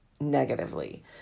negatively